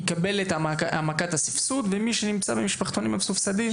יקבל את הסבסוד ומי שנמצא במשפחתונים המסובסדים,